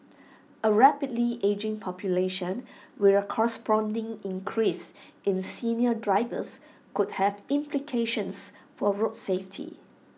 A rapidly ageing population with A corresponding increase in senior drivers could have implications for road safety